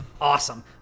awesome